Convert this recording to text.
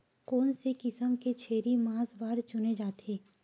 कोन से किसम के छेरी मांस बार चुने जाथे?